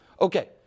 Okay